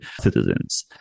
citizens